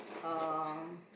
um